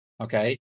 Okay